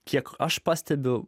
kiek aš pastebiu